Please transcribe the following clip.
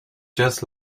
just